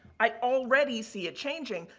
i already see it changing.